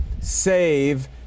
save